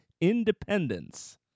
independence